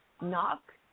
Knock